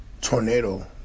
Tornado